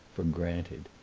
for granted.